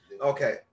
Okay